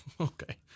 Okay